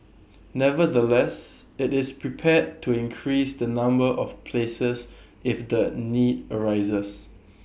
nevertheless IT is prepared to increase the number of places if the need arises